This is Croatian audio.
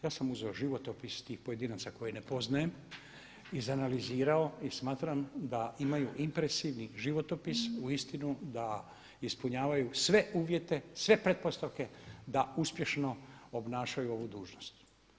Ja sam uzeo životopis tih pojedinaca koje ne poznajem, izanalizirao i smatram da imaju impresivan životopis uistinu da ispunjavaju sve uvjete, sve pretpostavke da uspješno obnašaju ovu dužnost.